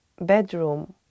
bedroom